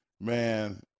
Man